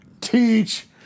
teach